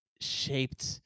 shaped